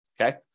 okay